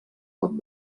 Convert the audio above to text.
pot